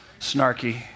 snarky